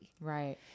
Right